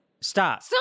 Stop